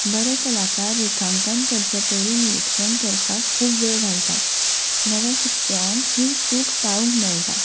बरे कलाकार रेखांकन करचे पयलीं निरीक्षण करपाक खूब वेळ घालतात नव्या शिकप्यांक ही चूक टाळूंक मेळटा